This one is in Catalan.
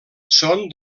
són